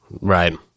Right